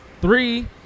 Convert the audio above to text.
Three